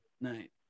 night